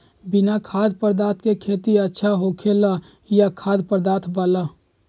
बिना खाद्य पदार्थ के खेती अच्छा होखेला या खाद्य पदार्थ वाला?